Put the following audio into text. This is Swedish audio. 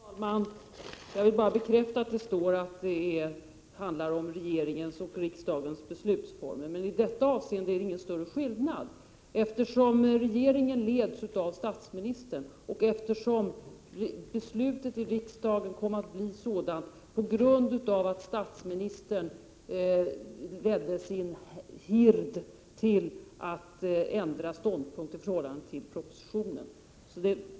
Fru talman! Jag vill bara bekräfta att det står att det handlar om 2 juni 1988 regeringens och riksdagens beslutsformer. I detta avseende är det emellertid ingen större skillnad, eftersom regeringen leds av statsministern och eftersom beslutet i riksdagen kom att bli sådant på grund av att statsministern fick sin hird att ändra ståndpunkt i förhållande till propositionen.